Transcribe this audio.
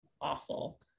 awful